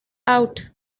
out